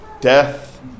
death